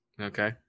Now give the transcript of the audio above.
okay